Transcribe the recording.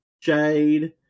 Jade